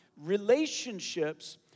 Relationships